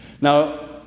now